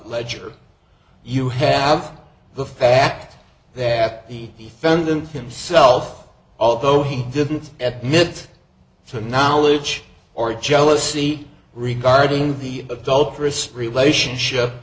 ledger you have the fact that the defendant himself although he didn't at mit to knowledge or jealousy regarding the adulterous spree relationship